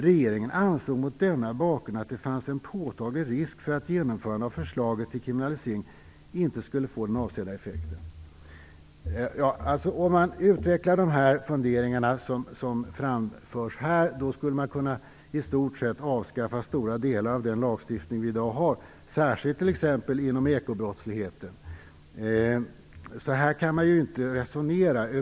Regeringen ansåg mot denna bakgrund att det fanns en påtaglig risk för att ett genomförande av förslaget till kriminalisering inte skulle få den avsedda effekten." Med ett vidareutvecklande av de funderingar som framförs här skulle man kunna avskaffa stora delar av den lagstiftning som vi i dag har, särskilt t.ex. inom ekobrottsligheten. Så här kan man inte resonera.